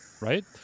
right